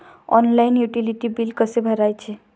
Online utility बिले कसे भरायचे?